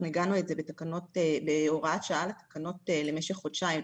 עיגנו את זה בהוראת שעה בתקנות למשך כחודשיים,